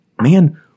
man